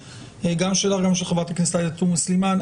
גם שלך וגם של חברת הכנסת עאידה תומא סלימאן.